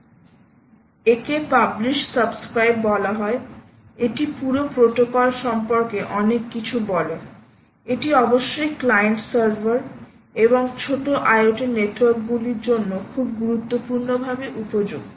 একে publish subscribe বলা হয় এটি পুরো প্রোটোকল সম্পর্কে অনেক কিছু বলে এটি অবশ্যই ক্লায়েন্ট সার্ভার এবং ছোট আইওটি নেটওয়ার্কগুলির জন্য খুব গুরুত্বপূর্ণভাবে উপযুক্ত